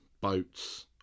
boats